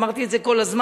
אמרתי את זה כל הזמן,